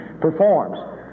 performs